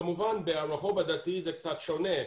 כמובן ברחוב הדתי זה קצת שונה,